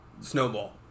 Snowball